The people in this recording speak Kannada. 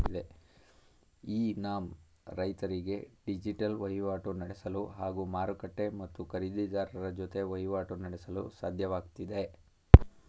ಇ ನಾಮ್ ರೈತರಿಗೆ ಡಿಜಿಟಲ್ ವಹಿವಾಟು ನಡೆಸಲು ಹಾಗೂ ಮಾರುಕಟ್ಟೆ ಮತ್ತು ಖರೀದಿರಾರರ ಜೊತೆ ವಹಿವಾಟು ನಡೆಸಲು ಸಾಧ್ಯವಾಗ್ತಿದೆ